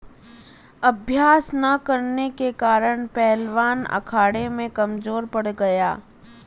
अभ्यास न करने के कारण पहलवान अखाड़े में कमजोर पड़ गया